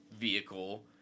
vehicle